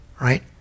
right